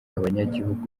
abanyagihugu